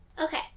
Okay